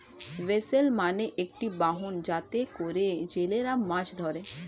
vessel মানে একটি বাহন যাতে করে জেলেরা মাছ ধরে